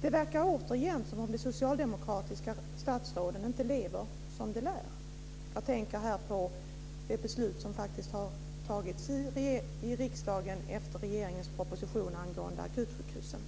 Det verkar återigen som om de socialdemokratiska statsråden inte lever som de lär. Jag tänker på det beslut som faktiskt har tagits i riksdagen efter regeringens proposition angående akutsjukhusen.